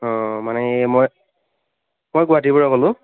অ মানে মই মই গুৱাহাটীৰ পৰা ক'লোঁ